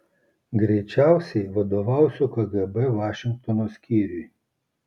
greičiausiai vadovausiu kgb vašingtono skyriui